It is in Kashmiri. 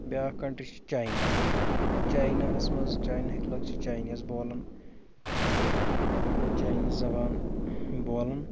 بیٛاکھ کَنٹری چھِ چَینا چَیناہَس منٛز چَینہٕ ہٕکۍ لٕک چھِ چَینیٖز بولان تہٕ چَینیٖز زبان بولان